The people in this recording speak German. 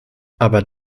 aber